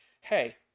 hey